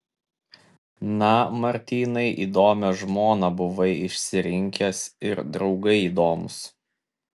na martynai įdomią žmoną buvai išsirinkęs ir draugai įdomūs